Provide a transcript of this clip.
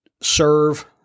serve